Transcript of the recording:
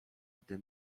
gdy